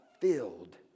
filled